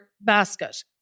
basket